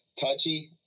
touchy